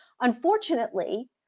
Unfortunately